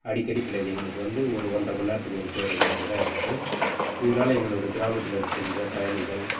அடிக்கடி கிடையாது எங்களுக்கு வந்து ஒரு ஒன்றமணி நேரத்துக்கு ஒரு பேருந்து அப்படித்தான் இருக்குது இதனால எங்களுடைய கிராமத்தில் இருக்கின்ற பயணிகள்